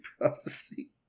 prophecy